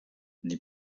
die